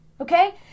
okay